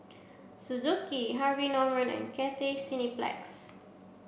Suzuki Harvey Norman and Cathay Cineplex